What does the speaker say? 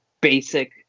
basic